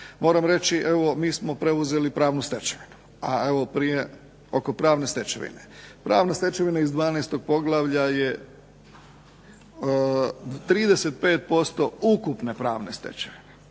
Moram reći, evo mi smo preuzeli pravnu stečevinu, a evo prije, oko pravne stečevine. Pravna stečevina iz 12. poglavlja je 35% ukupne pravne stečevine.